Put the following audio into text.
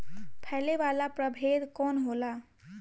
फैले वाला प्रभेद कौन होला?